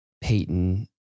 Peyton